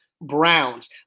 Browns